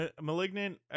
Malignant